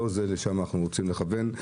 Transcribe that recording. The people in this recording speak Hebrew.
לא לשם אנחנו רוצים לכוון.